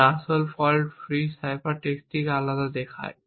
যা আসল fault free cipher text থেকে আলাদা দেখায়